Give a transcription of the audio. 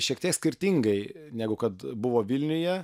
šiek tiek skirtingai negu kad buvo vilniuje